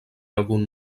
algun